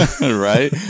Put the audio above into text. Right